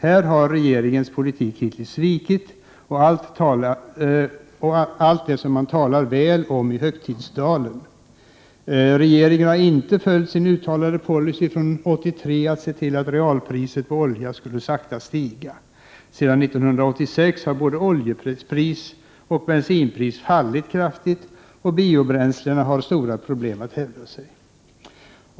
Här har regeringens politik hittills svikit det som alla talar väl om i högtidstalen. Regeringen har inte följt sin uttalade policy från 1983 att se till att realpriset på olja sakta skulle stiga. Sedan 1986 har både oljepris och bensinpris fallit kraftigt och biobränslena har stora problem att hävda sig.